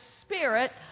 Spirit